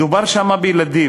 מדובר שם בילדים.